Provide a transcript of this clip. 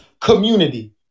community